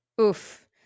Oof